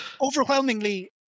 overwhelmingly